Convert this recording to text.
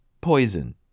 poison